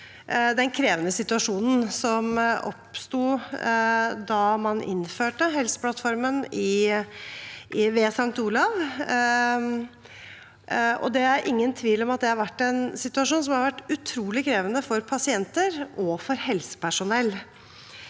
den krevende situasjonen som oppsto da man innførte Helseplattformen ved St. Olavs. Det er ingen tvil om at det har vært en situasjon som har vært utrolig krevende for pasienter og for helsepersonell.